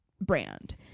brand